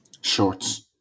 Shorts